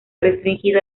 restringido